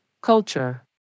Culture